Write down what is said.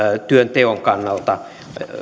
työnteon kannalta